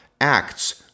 Acts